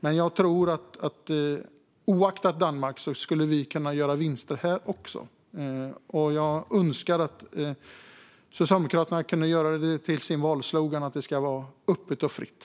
Men jag tror att vi, oavsett hur det ser ut i Danmark, skulle kunna göra vinster här också. Jag önskar att Socialdemokraterna kunde göra det till sin valslogan att det ska vara öppet och fritt.